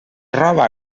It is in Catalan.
roba